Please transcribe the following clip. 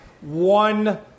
one